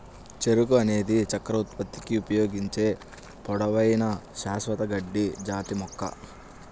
చెరకు అనేది చక్కెర ఉత్పత్తికి ఉపయోగించే పొడవైన, శాశ్వత గడ్డి జాతి మొక్క